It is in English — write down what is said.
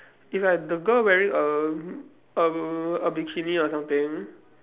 it's like the girl wearing a a a bikini or something